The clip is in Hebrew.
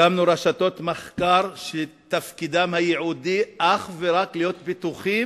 הקמנו רשתות מחקר שתפקידן הייעודי הוא אך ורק להיות פתוחות